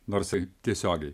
nors tiesiogiai